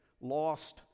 lost